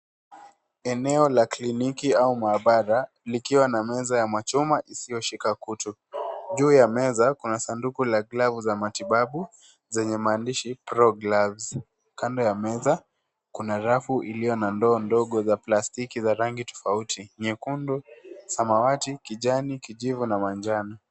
Eneo la kliniki au maabara likiwa na meza ya machuma isiyoshika kutu. Juu ya meza, kuna sanduku la glavu za matibabu zenye maandishi pro gloves . Kando ya meza kuna rafu iliyo na ndoo ndogo za plastiki za rangi tofauti, nyekundu, samawati, kijani, kijivu na manjano.